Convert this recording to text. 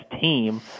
team